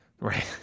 Right